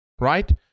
right